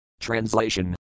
Translation